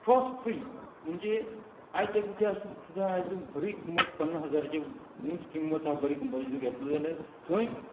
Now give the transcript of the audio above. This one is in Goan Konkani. फ्रॉस्ट फ्री म्हणजे आयज एक तें सुद्दां आयज बरी किमत पन्नास हजाराचे ऊंच किमत आहा बरी कंपनीच घेतलो जाल्यार थंय